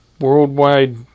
worldwide